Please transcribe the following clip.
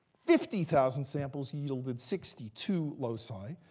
fifty thousand samples yielded sixty two loci.